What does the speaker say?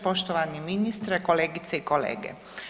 Poštovani ministre, kolegice i kolege.